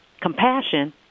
compassion